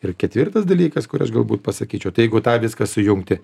ir ketvirtas dalykas kurį aš galbūt pasakyčiau tai jeigu tą viską sujungti